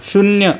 शून्य